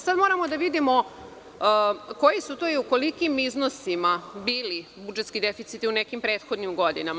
Sada moramo da vidimo koji su to i u kolikim iznosima bili budžetski deficiti u nekim prethodnim godinama.